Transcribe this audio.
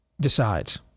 decides